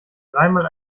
dreimal